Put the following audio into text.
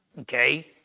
okay